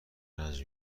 رنج